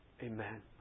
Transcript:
Amen